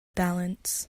balance